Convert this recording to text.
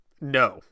no